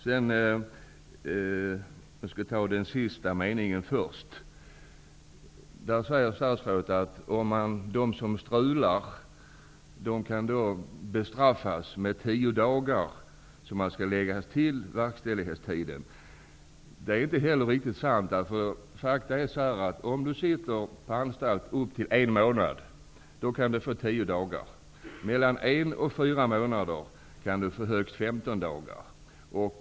I slutet av sitt svar säger statsrådet att de som strular kan bestraffas med att tio dagar läggs till straffverkställighetstiden. Det är inte heller riktigt sant. Faktum är att om man sitter på en anstalt upp till en månad, kan man få tio dagar till. Om man sitter mellan en och fyra månader, kan man få högst 15 dagar till.